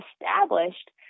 established